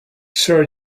sure